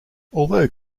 although